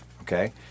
Okay